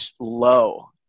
low